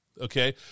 Okay